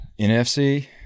NFC